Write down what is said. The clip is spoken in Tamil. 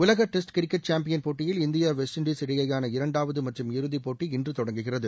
உலக டெஸ்ட் கிரிக்கெட் சாம்பியன் போட்டியில் இந்தியா வெஸ்ட் இண்டீஸ் இடையேயான இரண்டாவது மற்றும் இறுதிப் போட்டி இன்று தொடங்குகிறது